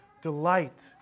delight